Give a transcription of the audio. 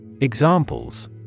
Examples